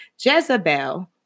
Jezebel